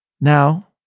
Now